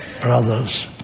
brothers